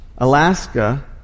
Alaska